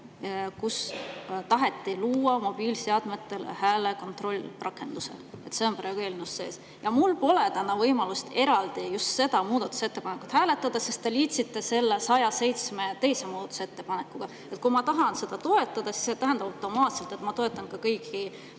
taheti luua mobiilseadmetele hääle kontrollrakendus. See on praegu eelnõus sees. Mul pole võimalust eraldi just seda muudatusettepanekut hääletada, sest te liitsite selle 107 teise muudatusettepanekuga. Kui ma tahan seda toetada, siis see tähendab automaatselt, et ma toetan ka kõiki